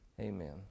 amen